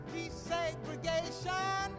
Desegregation